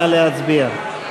נא להצביע.